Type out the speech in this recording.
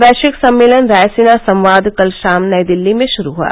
वैश्विक सम्मेलन रायसीना संवाद कल शाम नई दिल्ली में शुरू हुआ